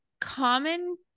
common